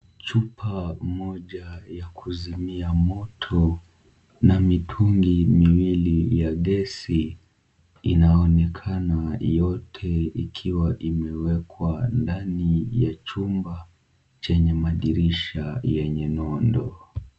Chupa moja ya kuzimia moto na mitungi miwili ya gesi inaonekana yote ikiwa imewekwa ndani ya chumba chenye madirisha yenye nondo.